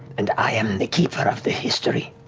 and i am the keeper of the history.